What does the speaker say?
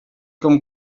com